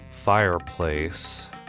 Fireplace